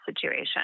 situation